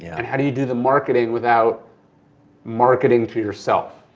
and how do you do the marketing without marketing to yourself?